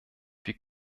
wir